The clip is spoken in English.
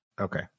Okay